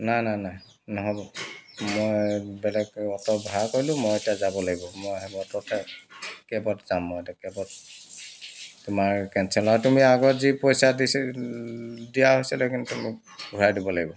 না না নাই নহ'ব মই বেলেগ অটো ভাড়া কৰিলোঁ মই এতিয়া যাব লাগিব মই মুঠতে কেবত যাম মই এতিয়া কেবত তোমাৰ কেঞ্চেল নহয় তুমি আগত যি পইচা দিছিল দিয়া আছিল সেইখিনি তুমি মোক ঘূৰাই দিব লাগিব